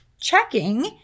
checking